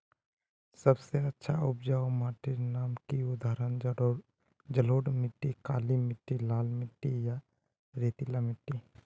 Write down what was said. सबसे अच्छा उपजाऊ माटिर नाम की उदाहरण जलोढ़ मिट्टी, काली मिटटी, लाल मिटटी या रेतीला मिट्टी?